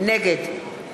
נגד